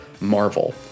marvel